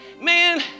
man